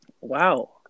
Wow